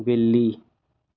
बिल्ली